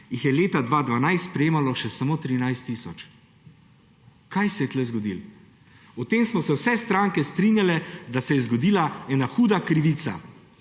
jih je leta 2012 prejemalo samo še 13 tisoč. Kaj se je tukaj zgodilo? glede tega smo se vse stranke strinjale, da se je zgodila ena huda krivica.